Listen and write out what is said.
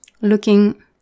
looking